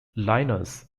lyons